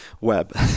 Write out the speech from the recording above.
web